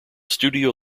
studio